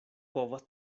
povas